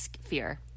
fear